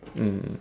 mm